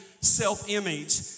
self-image